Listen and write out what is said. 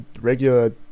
regular